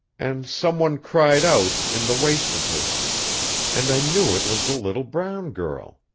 and some one cried out, in the waist of her and i knew it was the little brown girl.